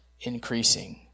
increasing